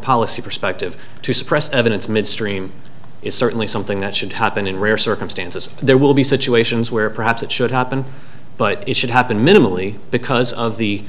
policy perspective to suppress evidence midstream is certainly something that should happen in rare circumstances there will be situations where perhaps it should happen but it should happen minimally because of the